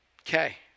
Okay